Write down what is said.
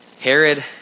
Herod